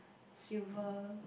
silver